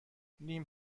نیم